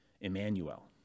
Emmanuel